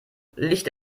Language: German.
licht